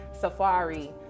Safari